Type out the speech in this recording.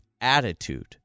attitude